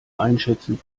einschätzen